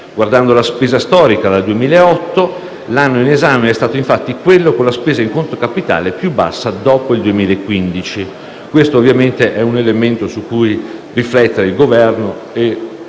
Guardando la serie storica dal 2008, l'anno in esame è stato infatti quello con la spesa in conto capitale più bassa dopo il 2015. E questo è un elemento su cui il Governo deve